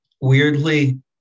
weirdly